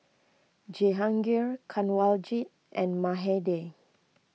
Jehangirr Kanwaljit and Mahade